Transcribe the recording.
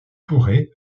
touré